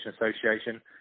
Association